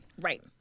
Right